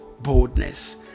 boldness